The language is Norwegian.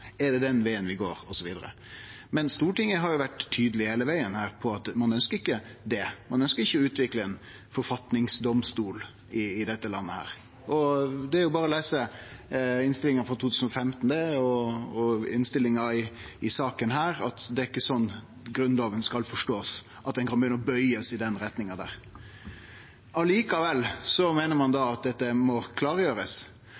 det er den vegen vi går, osv. Men Stortinget har vore tydeleg på dette hele vegen. Ein ønskjer ikkje å utvikle ein forfatningsdomstol i dette landet – det er berre å lese innstillinga frå 2015 og innstillinga til denne saka – det er ikkje slik Grunnloven skal forståast, at han kan bøyast i den retninga. Likevel meiner ein at dette må klargjerast, og